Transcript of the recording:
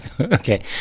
okay